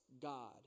God